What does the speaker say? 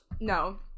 no